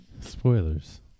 Spoilers